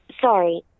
Sorry